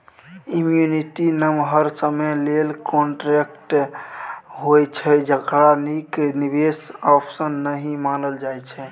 annuity नमहर समय लेल कांट्रेक्ट होइ छै जकरा नीक निबेश आप्शन नहि मानल जाइ छै